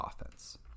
offense